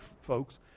folks